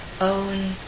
own